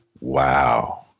wow